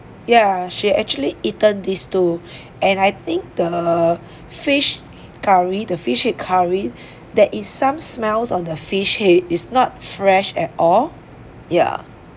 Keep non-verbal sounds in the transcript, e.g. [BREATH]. ya she actually eaten these two [BREATH] and I think the fish curry the fish head curry [BREATH] there is some smells on the fish head is not fresh at all ya